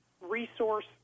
resource